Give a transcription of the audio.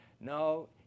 No